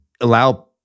allow